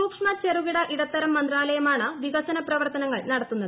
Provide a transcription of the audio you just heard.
സൂക്ഷ്മ ചെറുകിട ഇടത്തരം മന്ത്രാലയമാണ് വികസന പ്രവർത്തനങ്ങൾ നടത്തുന്നത്